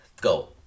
Go